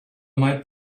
might